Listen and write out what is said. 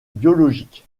biologique